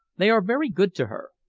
they are very good to her.